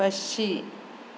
പക്ഷി